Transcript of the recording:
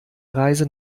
reise